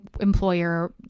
employer